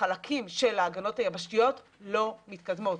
החלקים של ההגנות היבשתיות לא מתקדמים.